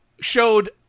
showed